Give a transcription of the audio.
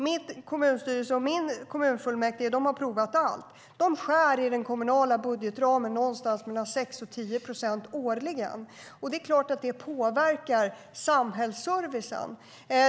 Min kommunstyrelse och mitt kommunfullmäktige har provat allt. De skär i den kommunala budgetramen med någonstans mellan 6 och 10 procent årligen, och det är klart att det påverkar samhällsservicen.